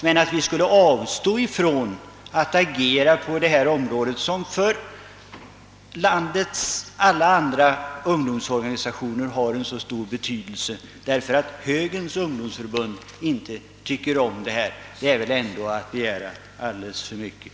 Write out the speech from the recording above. Men att man skulle avstå från att agera på ett sätt vilket för alla andra landets ungdomsorganisationer har stor betydelse, enbart därför att Högerns ungdomsförbund inte accepterar detta, är väl att begära alldeles för mycket.